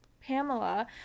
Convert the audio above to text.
pamela